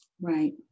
Right